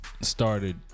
started